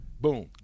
Boom